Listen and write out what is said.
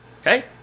Okay